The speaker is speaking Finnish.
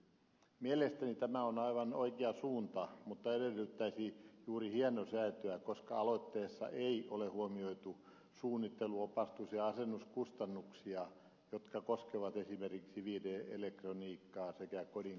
mielestäni tämä on aivan oikea suunta mutta edellyttäisi juuri hienosäätöä koska aloitteessa ei ole huomioitu suunnittelu opastus ja asennuskustannuksia jotka koskevat esimerkiksi viihde elektroniikkaa sekä kodinkoneita